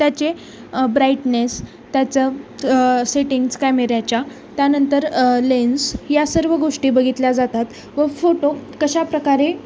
त्याचे ब्राईटनेस त्याचं सेटिंग्स कॅमेऱ्याच्या त्यानंतर लेन्स या सर्व गोष्टी बघितल्या जातात व फोटो कशाप्रकारे